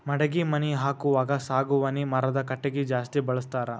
ಮಡಗಿ ಮನಿ ಹಾಕುವಾಗ ಸಾಗವಾನಿ ಮರದ ಕಟಗಿ ಜಾಸ್ತಿ ಬಳಸ್ತಾರ